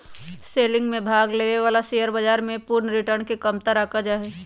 selling में भाग लेवे वाला शेयर बाजार के पूर्ण रिटर्न के कमतर आंका जा हई